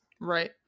Right